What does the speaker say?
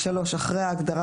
"(3)אחרי ההגדרה